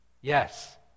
Yes